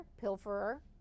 pilferer